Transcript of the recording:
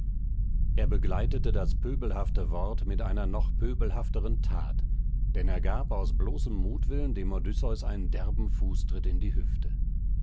er begleitete das pöbelhafte wort mit einer noch pöbelhafteren that denn er gab aus bloßem mutwillen dem odysseus einen derben fußtritt in die hüfte